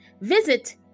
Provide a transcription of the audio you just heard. Visit